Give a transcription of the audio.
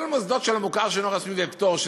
כל המוסדות של המוכר שאינו רשמי ופטור,